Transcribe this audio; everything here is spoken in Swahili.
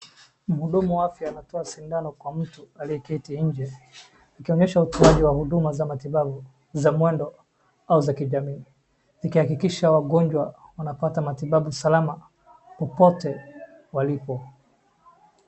Mhudumu wa aya anatoa sindano kwa mtu aliyeketi nje akionyesha utoaji ya huduma za matibabu za mwendo au za kijamii ikihakikisha wagonjwa wanapata matibabu salama popote walipo.